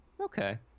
Okay